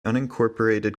unincorporated